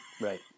Right